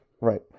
right